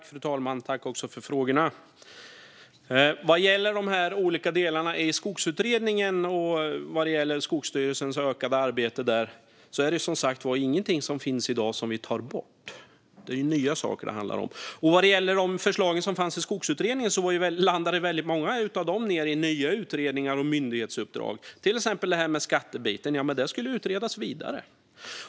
Fru talman! Tack för frågorna! Vad gäller de olika delarna i Skogsutredningen och Skogsstyrelsens ökade arbete tar vi som sagt var inte bort någonting som finns i dag. Det är ju nya saker det handlar om. Gällande förslagen i Skogsutredningen landade väldigt många av dem i nya utredningar och myndighetsuppdrag, till exempel skattebiten. Det skulle utredas vidare.